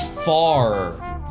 far